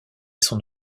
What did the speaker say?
son